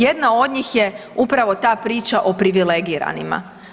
Jedna od njih je upravo ta priča o privilegiranima.